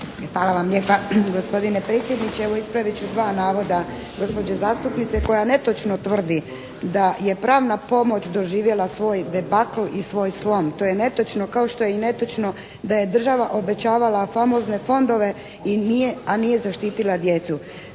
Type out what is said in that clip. Hvala vam lijepa gospodine predsjedniče. Evo ispravit ću 2 navoda gospođe zastupnice koja netočno tvrdi da je pravna pomoć doživjela svoj debakl i svoj slom. To je netočno kao što je i netočno da je država obećavala famozne fondove, a nije zaštitila djecu.